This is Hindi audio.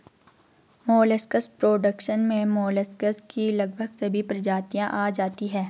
मोलस्कस प्रोडक्शन में मोलस्कस की लगभग सभी प्रजातियां आ जाती हैं